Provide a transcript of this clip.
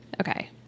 okay